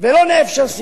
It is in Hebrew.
ולא נאפשר סיכון.